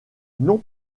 non